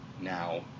now